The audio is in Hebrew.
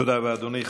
תודה רבה, אדוני.